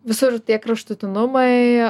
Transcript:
visur tie kraštutinumai